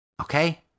Okay